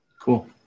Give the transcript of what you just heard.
cool